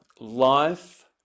life